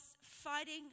fighting